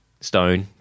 stone